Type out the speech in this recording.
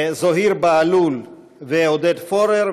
זוהיר בהלול ועודד פורר.